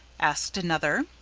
asked another.